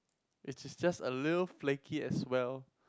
it is just a little flaky as well